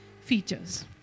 features